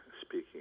speaking